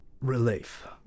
relief